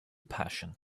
passion